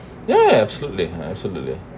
ya absolutely absolutely